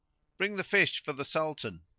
bring the fish for the sultan!